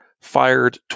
fired